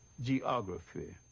geography